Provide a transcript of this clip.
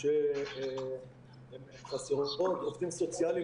של עובדים סוציאליים,